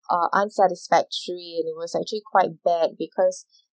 uh unsatisfactory and it was actually quite bad because